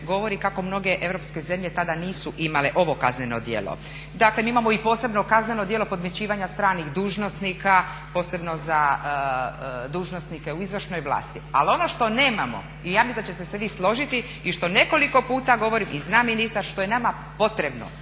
govori kako mnoge europske zemlje tada nisu imale ovo kazneno djelo. Dakle, mi imamo i posebno kazneno djelo podmićivanja stranih dužnosnika, posebno dužnosnike u izvršnoj vlasti. ali ono što nemamo i ja mislim da ćete se vi složiti i što nekoliko puta govorim i zna ministar što je nama potrebno